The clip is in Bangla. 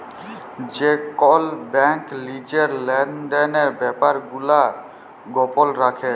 যে কল ব্যাংক লিজের লেলদেলের ব্যাপার গুলা গপল রাখে